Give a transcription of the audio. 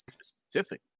specific